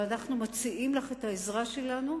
ואנחנו מציעים לך את העזרה שלנו,